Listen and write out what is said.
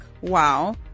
wow